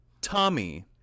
Tommy